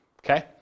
Okay